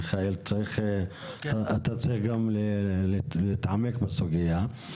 מיכאל, אתה צריך גם להתעמק בסוגיה.